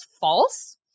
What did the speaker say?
false